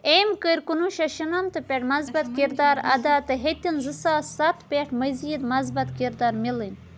أمۍ کٔرۍ کُنوُہ شیٚتھ شُنمتھٕ پٮ۪ٹھ مثبت کِردار ادا تہٕ ہٮ۪تِن زٕساس سَتھ پٮ۪ٹھ مٔزیٖد مثبت کِردار مِلٕنۍ